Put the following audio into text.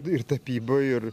ir tapyboj ir